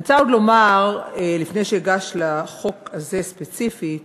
אני רוצה עוד לומר, לפני שאגש לחוק הספציפי הזה,